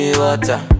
water